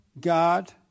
God